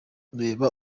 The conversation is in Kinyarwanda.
reba